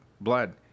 blood